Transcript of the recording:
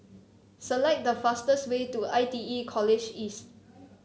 select the fastest way to I T E College East